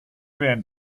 während